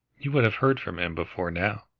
you would have heard from him before now.